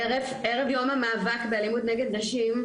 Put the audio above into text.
ערב יום המאבק באלימות נגד נשים,